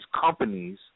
companies